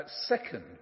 second